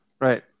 Right